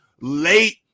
late